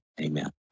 amen